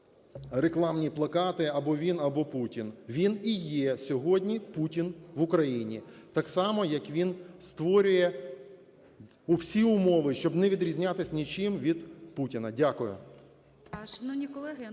рекламні плакати "або він, або Путін". Він і є сьогодні Путін в Україні. Так само, як він створює всі умови, щоб не відрізнятись нічим від Путіна. Дякую.